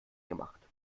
gemacht